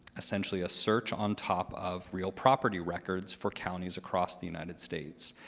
essentially a search on top of real property records for counties across the united states.